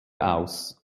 aus